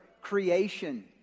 creation